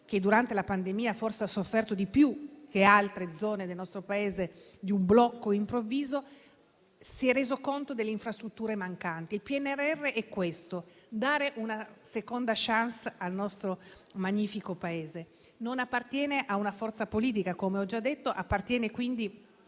che durante la pandemia può aver sofferto più che altre zone del nostro Paese per un blocco improvviso, si sia reso conto delle infrastrutture mancanti. Il PNRR è questo: dare una seconda *chance* al nostro magnifico Paese. Non appartiene a una forza politica, come ho già detto, ma all'Italia.